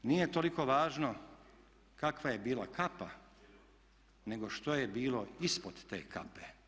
Nije toliko važno kakva je bila kapa nego što je bilo ispod te kape.